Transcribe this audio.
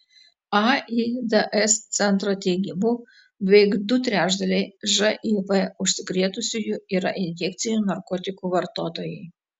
aids centro teigimu beveik du trečdaliai živ užsikrėtusiųjų yra injekcinių narkotikų vartotojai